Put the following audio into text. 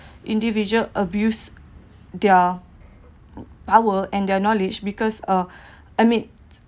individual abuse their power and their knowledge because uh I mean